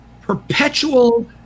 perpetual